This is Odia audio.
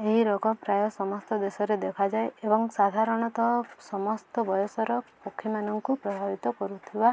ଏହି ରୋଗ ପ୍ରାୟ ସମସ୍ତ ଦେଶରେ ଦେଖାଯାଏ ଏବଂ ସାଧାରଣତଃ ସମସ୍ତ ବୟସର ପକ୍ଷୀମାନଙ୍କୁ ପ୍ରଭାବିତ କରୁଥିବା